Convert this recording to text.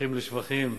זוכים לשבחים,